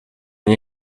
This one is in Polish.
nie